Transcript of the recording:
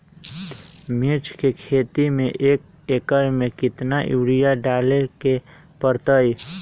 मिर्च के खेती में एक एकर में कितना यूरिया डाले के परतई?